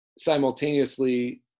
simultaneously